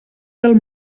del